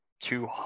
two